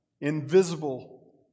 Invisible